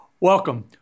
Welcome